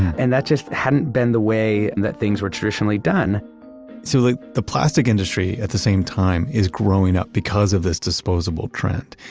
and that just hadn't been the way and that things were traditionally done so like, the plastic industry at the same time is growing up because of this disposable trend.